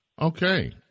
Okay